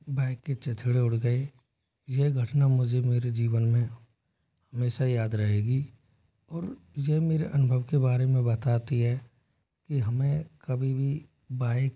bike के चिथडे़ उड़ गए ये घटना मुझे मेरे जीवन में हमेशा याद रहेगी और यह मेरे अनुभव के बारे में बताती है कि हमें कभी भी बाइक